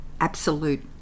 absolute